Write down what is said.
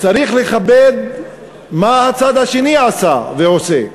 צריך לכבד מה הצד השני, כלומר התושבים, עשה ועושה,